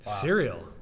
Cereal